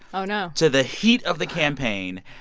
oh, no. to the heat of the campaign.